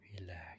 Relax